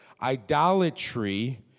Idolatry